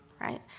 right